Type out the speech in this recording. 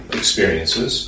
experiences